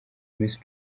miss